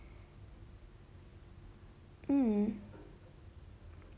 mm